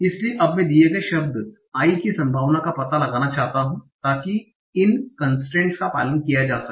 इसलिए अब मैं दिये गए शब्द I की संभावना का पता लगाना चाहता हूं ताकि इन कंसट्रेंस का पालन किया जा सके